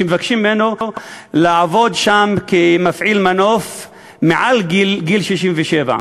ומבקשים ממנו לעבוד שם כמפעיל מנוף מעל גיל 67,